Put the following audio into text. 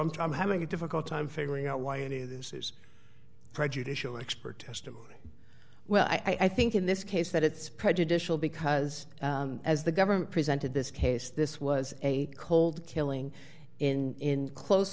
i'm tom having a difficult time figuring out why any of this is prejudicial expert testimony well i think in this case that it's prejudicial because as the government presented this case this was a cold killing in close